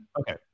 Okay